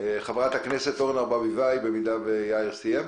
חברת הכנסת אורנה ברביבאי, בבקשה.